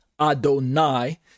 Adonai